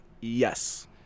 Yes